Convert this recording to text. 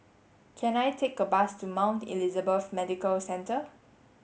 can I take a bus to Mount Elizabeth Medical Centre